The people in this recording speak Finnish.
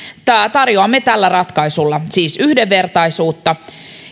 tarjoamme tällä ratkaisulla siis yhdenvertaisuutta